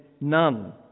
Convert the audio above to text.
none